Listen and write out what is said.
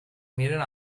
miren